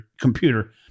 computer